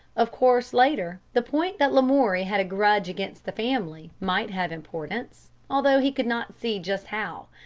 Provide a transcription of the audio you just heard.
of course later, the point that lamoury had a grudge against the family might have importance, although he could not see just how.